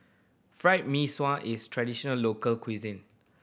Fried Mee Sua is traditional local cuisine